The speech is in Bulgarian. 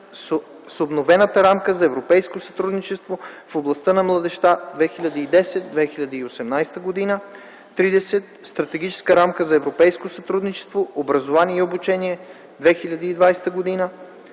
с „Обновена рамка за европейско сътрудничество в областта на младежта 2010-2018 г.” 30. Стратегическа рамка за европейско сътрудничество „Образование и обучение 2020 г.” 31.